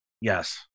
Yes